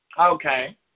Okay